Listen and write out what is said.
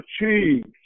achieved